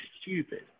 stupid